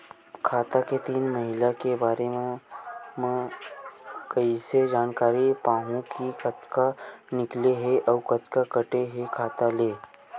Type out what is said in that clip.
खाता के तीन महिना के बारे मा कइसे जानकारी पाहूं कि कतका निकले हे अउ कतका काटे हे खाता ले?